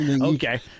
Okay